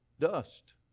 dust